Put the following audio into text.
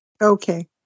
Okay